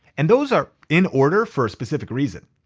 and those are in order for a specific reason.